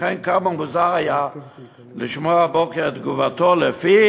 לכן, כמה מוזר היה לשמוע הבוקר את תגובתו שלפיה